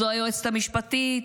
זו היועצת המשפטית,